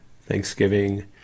Thanksgiving